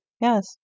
Yes